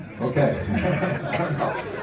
Okay